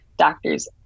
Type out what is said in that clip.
doctors